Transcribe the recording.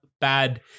bad